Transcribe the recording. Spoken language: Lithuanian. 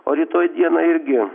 o rytoj dieną irgi